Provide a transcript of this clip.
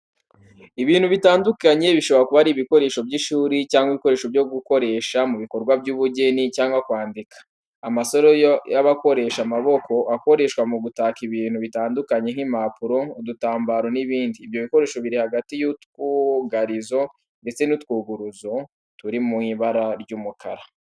Ibintu bitandukanye bishobora kuba ari ibikoresho by’ishuri cyangwa ibikoresho byo gukoresha mu bikorwa by'ubugeni cyangwa kwandika. Amasaro y’abakoresha amaboko akoreshwa mu gukata ibintu bitandukanye nk’impapuro, udutambaro n’ibindi. Ibyo bikoresho biri hagati y'utwugarizo ndetse n'utwuguruzo turi mu ibara ry'umukara.